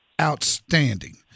outstanding